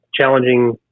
challenging